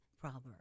proverb